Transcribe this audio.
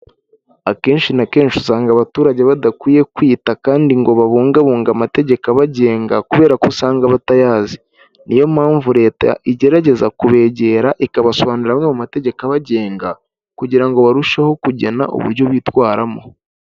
Akenshi na kenshi usanga abaturage badakwiye kwita kandi ngo babungabunga amategeko abagenga, kubera ko usanga batayazi, niyo mpamvu leta igerageza kubegera ikabasobanurira amwe mu mategeko abagenga, kugira ngo barusheho kugena uburyo bitwaramo.